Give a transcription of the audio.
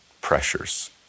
pressures